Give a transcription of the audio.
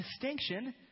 distinction